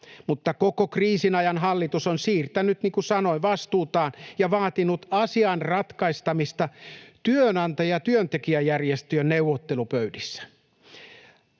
mutta koko kriisin ajan hallitus on siirtänyt, niin kuin sanoin, vastuutaan ja vaatinut asian ratkaisemista työnantaja- ja työntekijäjärjestöjen neuvottelupöydissä.